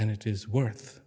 and it is worth